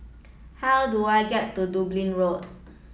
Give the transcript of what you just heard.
how do I get to Dublin Road